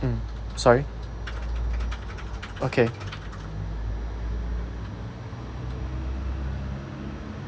mm sorry okay